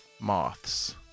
moths